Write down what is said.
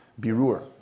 birur